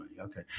Okay